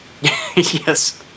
Yes